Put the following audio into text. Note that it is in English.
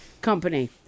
company